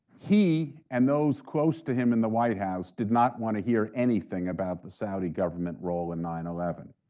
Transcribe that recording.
he, and those close to him in the white house, did not want to hear anything about the saudi government role in nine eleven.